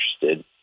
interested